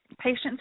patients